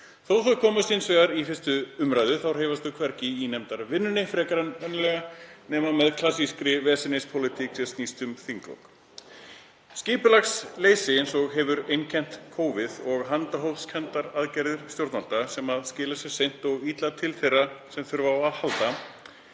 að þau komist hins vegar í 1. umr. hreyfast þau hvergi í nefndarvinnunni frekar en venjulega nema með klassískri vesenispólitík sem snýst um þinglok. Skipulagsleysi eins og hefur einkennt kófið og handahófskenndar aðgerðir stjórnvalda sem skila sér seint og illa til þeirra sem á þurfa að halda.